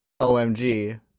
OMG